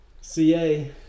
CA